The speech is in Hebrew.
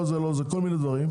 לא זה לא זה כל מיני דברים,